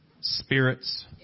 spirits